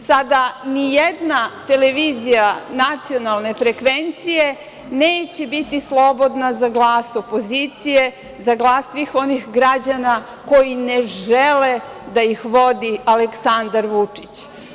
Sada nijedna televizija nacionalne frekvencije neće biti slobodna za glas opozicije, za glas svih onih građana koji ne žele da ih vodi Aleksandar Vučić.